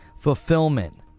fulfillment